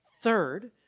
Third